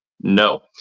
No